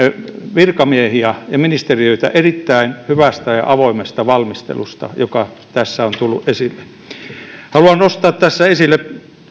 virkamiehiä ja ja ministeriöitä erittäin hyvästä ja avoimesta valmistelusta joka tässä on tullut esille haluan nostaa tässä esille